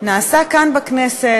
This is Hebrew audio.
נעשה כאן בכנסת,